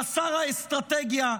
חסר האסטרטגיה,